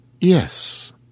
Yes